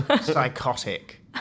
Psychotic